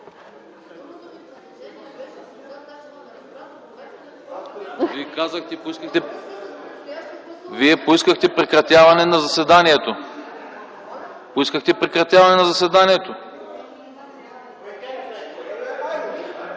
Поискахте прекратяване на заседанието.